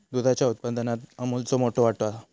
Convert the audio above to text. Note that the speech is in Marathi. दुधाच्या उत्पादनात अमूलचो मोठो वाटो हा